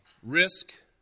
risk